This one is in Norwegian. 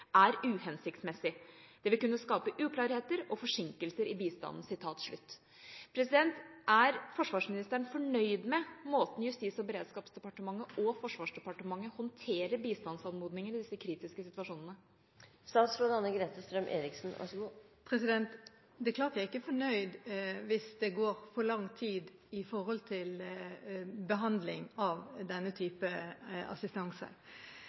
er uhensiktsmessig. Dette vil kunne skape uklarheter og forsinkelser i bistanden.» Er forsvarsministeren fornøyd med måten Justis- og beredskapsdepartementet og Forsvarsdepartementet håndterer bistandsanmodningen i disse kritiske situasjonene? Det er klart jeg ikke er fornøyd hvis det går for lang tid til behandling av denne type assistanse.